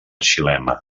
xilema